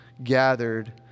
gathered